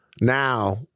now